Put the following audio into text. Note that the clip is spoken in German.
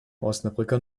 osnabrücker